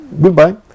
goodbye